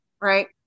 right